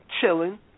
chilling